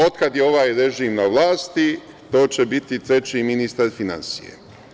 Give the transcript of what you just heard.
Od kada je ovaj režim na vlasti, to će biti treći ministar finansija.